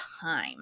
time